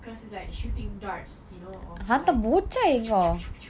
cause it's like shooting darts you know like